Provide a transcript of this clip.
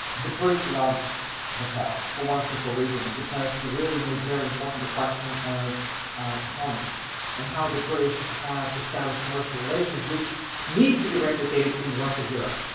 the british loved vattel for one simple reason because he really made very important the question of commerce and how the british have established commercial relations, which needs to be replicated in the rest of europe.